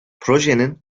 projenin